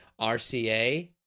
RCA